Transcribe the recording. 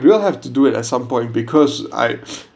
we will have to do it at some point because I